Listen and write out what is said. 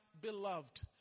beloved